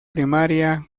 primaria